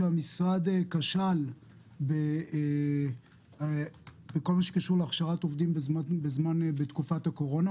שהמשרד כשל בכל הקשור בהכשרת עובדים בתקופת הקורונה.